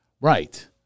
Right